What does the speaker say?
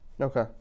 Okay